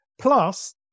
plus